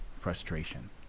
frustration